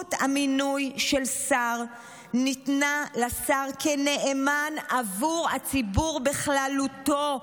סמכות המינוי של שר ניתנה לשר כנאמן בעבור הציבור בכללותו.